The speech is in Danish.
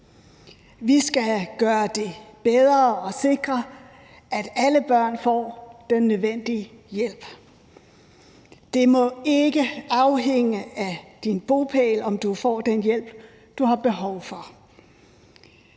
Vi skal gøre det bedre og sikre, at alle børn får den nødvendige hjælp. Det må ikke afhænge af din bopæl, om du får den hjælp, du har behov for.